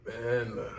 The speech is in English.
Man